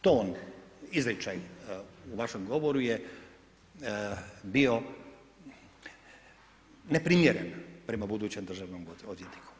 Ton, izričaj u vašem govoru je bio neprimjeren prema budućem državnom odvjetniku.